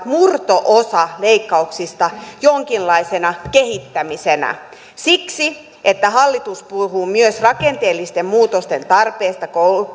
murto osan leikkauksista jonkinlaisena kehittämisenä siksi että hallitus puhuu myös rakenteellisten muutosten tarpeesta